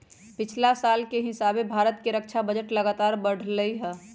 पछिला साल के हिसाबे भारत के रक्षा बजट लगातार बढ़लइ ह